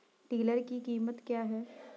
Tiller की कीमत क्या है?